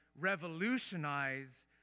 revolutionize